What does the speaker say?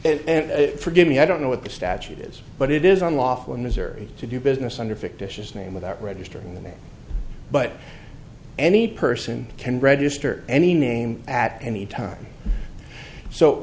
and forgive me i don't know what the statute is but it is unlawful missouri to do business under fictitious name without registering the name but any person can register any name at any time so